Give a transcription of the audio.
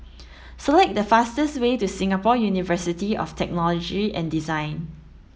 Select the fastest way to Singapore University of Technology and Design